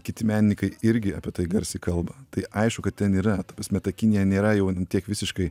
kiti menininkai irgi apie tai garsiai kalba tai aišku kad ten yra ta prasme ta kinija nėra jau ant tiek visiškai